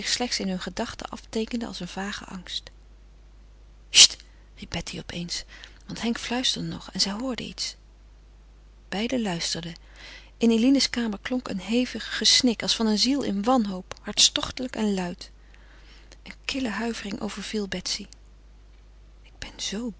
in hunne gedachte afteekende als een vage angst cht riep betsy opeens want henk fluisterde nog en zij hoorde iets beiden luisterden in eline's kamer klonk een hevig gesnik als van een ziel in wanhoop hartstochtelijk en luid een kille huivering overviel betsy ik ben